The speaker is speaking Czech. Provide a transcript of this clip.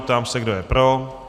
Ptám se, kdo je pro.